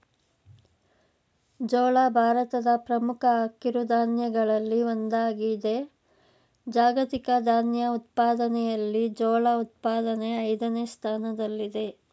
ಜೋಳ ಭಾರತದ ಪ್ರಮುಖ ಕಿರುಧಾನ್ಯಗಳಲ್ಲಿ ಒಂದಾಗಿದೆ ಜಾಗತಿಕ ಧಾನ್ಯ ಉತ್ಪಾದನೆಯಲ್ಲಿ ಜೋಳ ಉತ್ಪಾದನೆ ಐದನೇ ಸ್ಥಾನದಲ್ಲಿದೆ